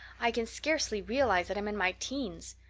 i can scarcely realize that i'm in my teens.